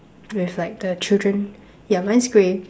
with like the children yeah mine's grey